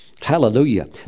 hallelujah